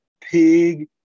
pig